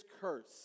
curse